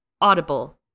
Audible